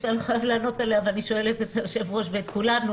שאתה לא חייב לענות עליה אבל אני שואלת את היושב ראש ואת כולנו,